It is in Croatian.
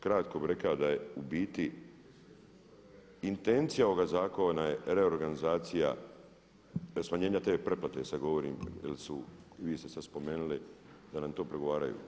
Kratko bih rekao da je u biti intencija ovog zakona reorganizacija smanjenja te pretplate sad govorim jer su i vi ste sad spomenuli da nam to prigovaraju.